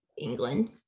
England